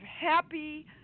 happy